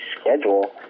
schedule